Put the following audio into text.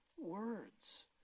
words